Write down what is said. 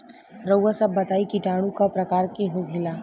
रउआ सभ बताई किटाणु क प्रकार के होखेला?